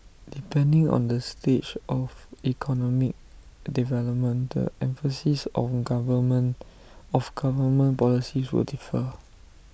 depending on the stage of economic development the emphasis of government of government policies will differ